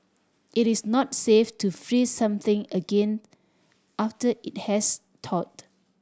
it is not safe to freeze something again after it has thawed